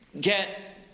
get